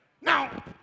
Now